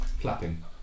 clapping